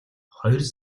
хоёр